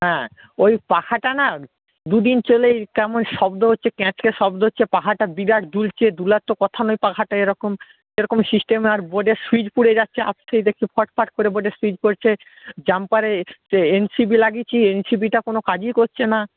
হ্যাঁ ওই পাখাটা না দু দিন চলেই কেমন শব্দ হচ্ছে ক্যাঁচ ক্যাঁচ শব্দ হচ্ছে পাখাটা বিরাট দুলছে দোলার তো কথা নয় পাখাটা এরকম এরকম সিস্টেমে আর বোর্ডের সুইচ পুড়ে যাচ্ছে আজকেই দেখছি ফট ফট করে বোর্ডের সুইচ পুড়ছে জাম্পারে এনসিবি লাগিয়েছি এনসিবিটা কোনও কাজই করছে না